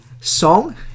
song